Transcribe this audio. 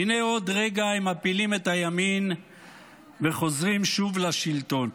הינה עוד רגע הם מפילים את הימין וחוזרים שוב לשלטון.